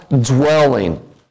dwelling